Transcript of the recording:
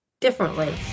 differently